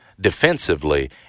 defensively